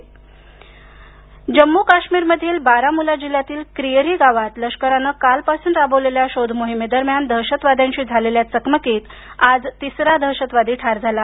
जम्म काश्मीर चकमक जम्मूकाश्मीरमधील बारामुल्ला जिल्ह्यातील क्रीअरी गावात लष्करानं कालपासून राबवलेल्या शोधमोहीमेदरम्यान दहशतवाद्यांशी झालेल्या चकमकीत आज तिसरा दहशतवादी ठार झाला